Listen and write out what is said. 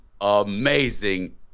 amazing